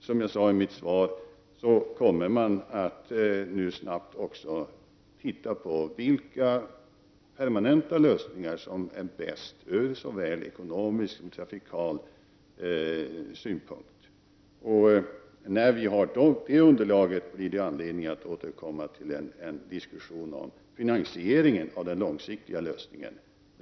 Som jag sade i mitt svar kommer man nu också att se på vilka permanenta lösningar som är bäst ekonomiskt och trafikmässigt. När vi har fått det underlaget finns det anledning att återkomma till en diskussion om finansieringen av den långsiktiga lösningen.